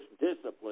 discipline